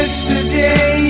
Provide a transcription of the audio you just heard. Yesterday